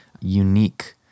unique